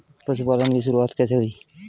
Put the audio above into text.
पशुपालन की शुरुआत कैसे हुई?